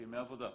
כימי עבודה.